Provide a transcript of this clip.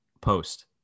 post